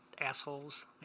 assholes